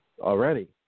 already